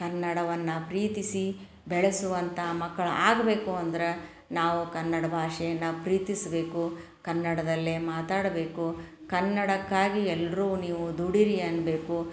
ಕನ್ನಡವನ್ನು ಪ್ರೀತಿಸಿ ಬೆಳೆಸುವಂಥ ಮಕ್ಳು ಆಗಬೇಕು ಅಂದ್ರೆ ನಾವು ಕನ್ನಡ ಭಾಷೆನ ಪ್ರೀತಿಸಬೇಕು ಕನ್ನಡದಲ್ಲೇ ಮಾತಾಡಬೇಕು ಕನ್ನಡಕ್ಕಾಗಿ ಎಲ್ಲರೂ ನೀವು ದುಡಿಯಿರಿ ಅನ್ನಬೇಕು